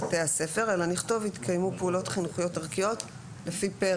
הספר אלא נכתוב יתקיימו פעולות חינוכיות ערכיות לפי הפרק